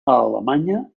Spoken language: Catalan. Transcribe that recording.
alemanya